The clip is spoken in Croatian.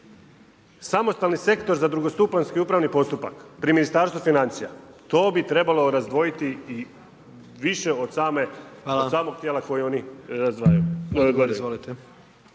samostalni sektor, za drugostupanjski upravni postupak, pri Ministarstvu financija, to bi trebalo razdvojiti i više od svakog tijela koji oni znaju.